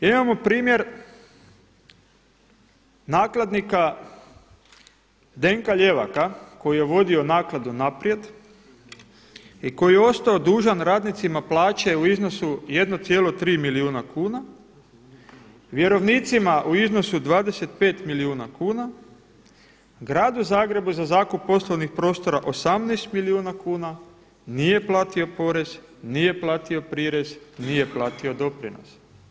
Imamo primjer nakladnika Zdenka Ljevaka koji je vodio Nakladu „Naprijed“ i koji je ostao dužan radnicima plaće u iznosu 1,3 milijuna kuna, vjerovnicima u iznosu 25 milijuna kuna, gradu Zagrebu za zakup poslovnih prostora 18 milijuna kuna, nije platio porez, nije platio prirez, nije platio doprinos.